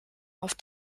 auf